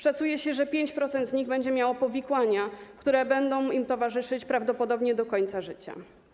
Szacuje się, że 5% z nich będzie miało powikłania, które będą im towarzyszyć prawdopodobnie do końca życia.